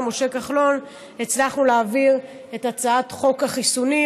משה כחלון הצלחנו להעביר את הצעת חוק החיסונים,